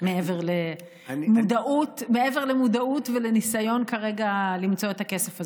מעבר למודעות ולניסיון כרגע למצוא את הכסף הזה.